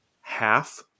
half